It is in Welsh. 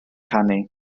canu